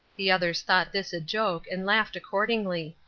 the others thought this a joke, and laughed accordingly.